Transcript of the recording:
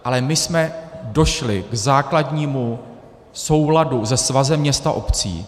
Ale my jsme došli k základnímu souladu se Svazem měst a obcí.